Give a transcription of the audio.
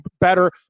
better